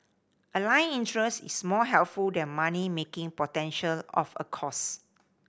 aligned interest is more helpful than money making potential of a course